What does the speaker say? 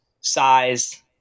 size